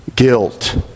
Guilt